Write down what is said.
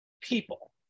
people